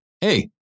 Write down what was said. Hey